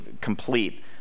complete